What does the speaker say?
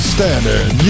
Standard